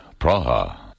Praha